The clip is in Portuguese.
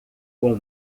com